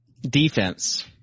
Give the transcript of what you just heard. defense